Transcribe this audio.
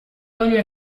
olio